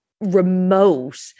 remote